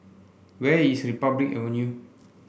where is Republic Avenue